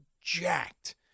jacked